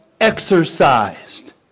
exercised